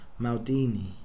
Maldini